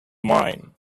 mine